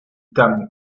tamm